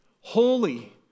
Holy